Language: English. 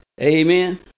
Amen